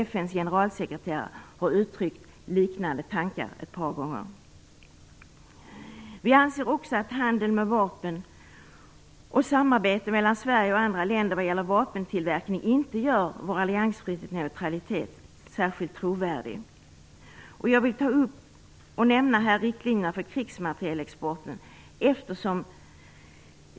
FN:s generalsekreterare har gett uttryck för liknande tankar ett par gånger. Vi anser också att handeln med vapen och samarbete mellan Sverige och andra länder vad gäller vapentillverkning inte gör vår alliansfrihet och neutralitet särskilt trovärdiga. Jag vill nämna här riktlinjerna för krigsmaterielexporten.